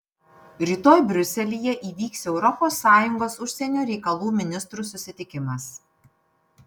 rytoj briuselyje įvyks europos sąjungos užsienio reikalų ministrų susitikimas